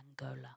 Angola